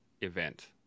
event